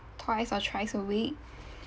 twice or thrice a week